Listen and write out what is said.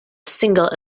single